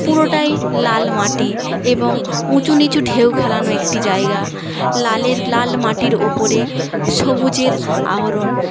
পুরোটাই লাল মাটি এবং উঁচু নিচু ঢেউ খেলানো একটি জায়গা লালের লাল মাটির ওপরে সবুজের আহরণ